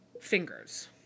fingers